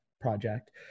project